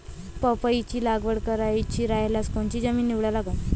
पपईची लागवड करायची रायल्यास कोनची जमीन निवडा लागन?